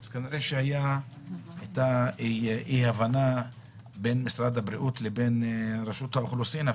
כנראה הייתה אי-הבנה בין משרד הבריאות לבין רשות האוכלוסין.